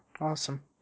awesome